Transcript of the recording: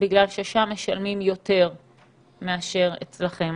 בגלל ששם משלמים יותר מאשר אצלכם.